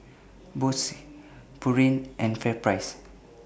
Bose Pureen and FairPrice